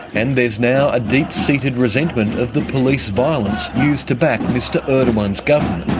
and there's now a deep-seated resentment of the police violence used to back mr erdogan's government.